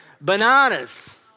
Bananas